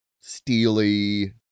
steely